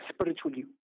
spiritually